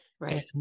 Right